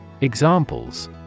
Examples